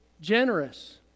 generous